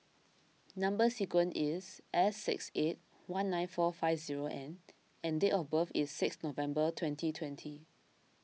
Number Sequence is S six eight one nine four five zero N and date of birth is six November twenty twenty